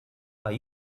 are